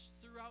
throughout